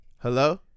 Hello